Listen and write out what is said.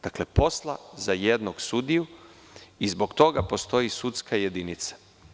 Dakle, posla za jednog sudiju i zbog toga postoji sudska jedinica.